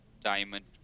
diamond